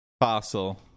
Fossil